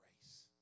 Grace